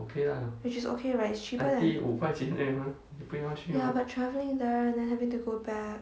which is okay right it's cheaper than ya but travelling there then having to go back